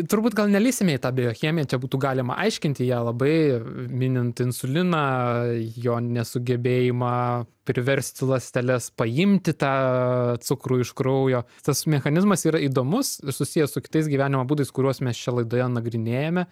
turbūt gal nelįsime į tą biochemiją čia būtų galima aiškinti ją labai minint insuliną jo nesugebėjimą priversti ląsteles paimti tą cukrų iš kraujo tas mechanizmas yra įdomus susijęs su kitais gyvenimo būdais kuriuos mes čia laidoje nagrinėjame